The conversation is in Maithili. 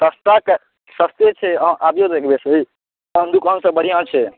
सस्ताके सस्ते छै अहाँ आबियौ तऽ एक बेर आन दोकान से बढ़िआँ छै